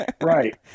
Right